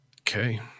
Okay